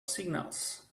signals